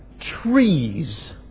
trees